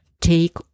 take